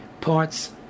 parts